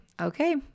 Okay